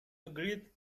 agreed